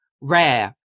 rare